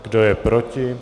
Kdo je proti?